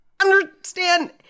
Understand